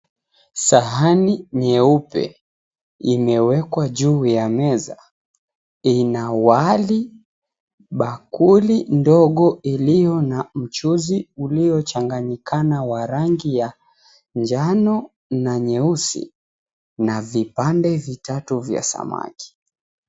Sahani nyeupe imewekwa juu ya meza ina wali, bakuli ndogo ilio na mchuzi uliochanganyikana wa rangi ya njano na nyeusi na vipande vitatu vya samaki.